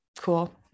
cool